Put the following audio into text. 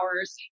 hours